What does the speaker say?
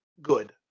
good